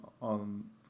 on